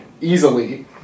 Easily